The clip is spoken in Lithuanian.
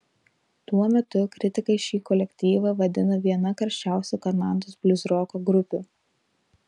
tuo metu kritikai šį kolektyvą vadino viena karščiausių kanados bliuzroko grupių